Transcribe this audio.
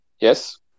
Yes